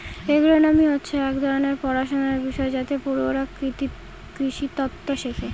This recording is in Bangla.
এগ্রোনোমি হচ্ছে এক ধরনের পড়াশনার বিষয় যাতে পড়ুয়ারা কৃষিতত্ত্ব শেখে